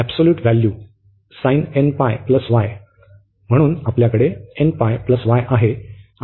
आणि absolute value म्हणून आपल्याकडे nπ y आहे